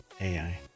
AI